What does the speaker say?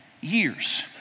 years